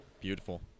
Beautiful